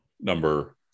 number